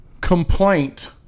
complaint